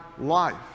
life